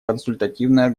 консультативная